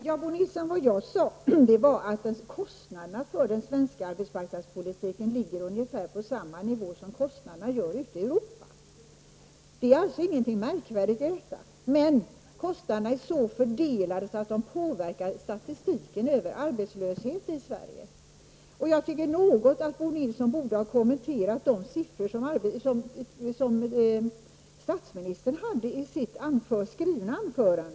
Herr talman! Bo Nilsson, jag sade att kostnaderna för den svenska arbetsmarknadspolitiken ligger ungefär på samma nivå som kostnaderna ute i Europa. Det är alltså ingenting märkvärdigt med detta. Men kostnaderna är så fördelade att de påverkar statistiken över arbetslösheten i Sverige. Jag tycker att Bo Nilsson något borde ha kommenterat de siffror som statsministern hade med i sitt skrivna anförande.